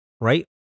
right